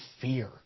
fear